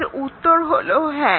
এর উত্তর হলো হ্যাঁ